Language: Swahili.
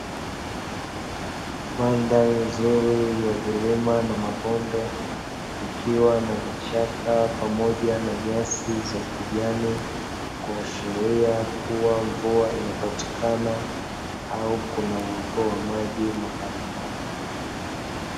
Mandhari nzuri ya vilima na mabonde, ikiwa na mchanga pamoja na nyasi za kijani, kuashiria kuwa mvua inapatikana au kuna uwepo wa maji mahali hapo.